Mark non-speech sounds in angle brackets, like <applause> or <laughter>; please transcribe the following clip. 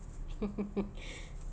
<laughs> <breath>